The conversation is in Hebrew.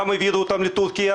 גם אותם העבירו לטורקיה.